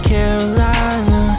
Carolina